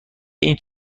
این